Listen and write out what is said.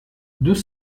deux